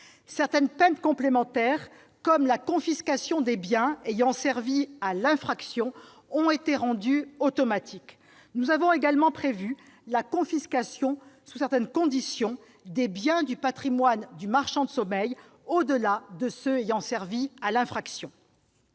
Certaines peines complémentaires, comme la confiscation des biens ayant servi à l'infraction, ont été rendues automatiques. Nous avons également prévu la confiscation sous certaines conditions des biens du patrimoine des marchands de sommeil, au-delà de ceux qui ont servi à l'infraction.